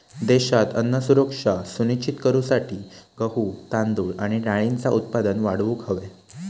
देशात अन्न सुरक्षा सुनिश्चित करूसाठी गहू, तांदूळ आणि डाळींचा उत्पादन वाढवूक हव्या